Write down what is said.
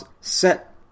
set